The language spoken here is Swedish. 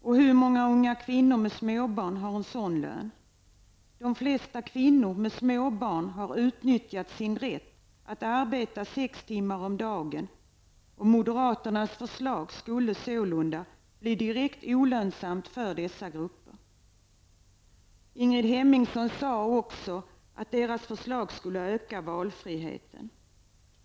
Och hur många unga kvinnor med småbarn har en sådan lön? De flesta kvinnor med små barn har utnyttjat sin rätt att arbeta sex timmar om dagen och moderaternas förslag skulle sålunda bli direkt olönsamt för dessa grupper. Ingrid Hemmingsson sade också att deras förslag skulle öka valfriheten.